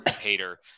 hater